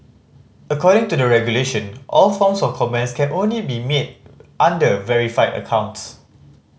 according to the regulation all forms of comments can only be made under verified accounts